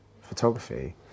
photography